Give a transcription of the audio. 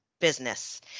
business